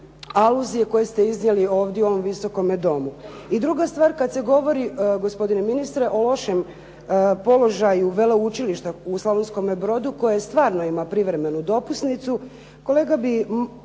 aluzije koje ste iznijeli ovdje u ovome Visokome domu. I druga stvar, kad se govori gospodine ministre o lošem položaja veleučilišta u Slavonskome Brodu koje stvarno ima privremenu dopusnicu kolega bi,